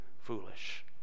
foolish